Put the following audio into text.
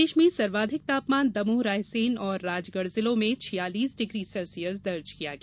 प्रदेश में सर्वाधिक तापमान दमोह रायसेन और राजगढ़ जिलों में छियालीस डिग्री सेल्सियस दर्ज किया गया